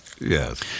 Yes